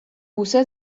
بوسه